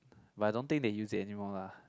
but I don't think they use it anymore lah